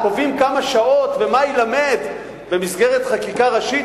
קובעים כמה שעות ומה יילמד במסגרת חקיקה ראשית?